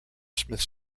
smith